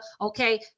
okay